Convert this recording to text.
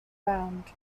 round